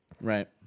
Right